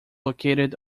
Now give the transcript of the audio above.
located